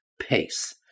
pace